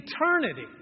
eternity